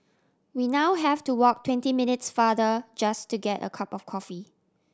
we now have to walk twenty minutes farther just to get a cup of coffee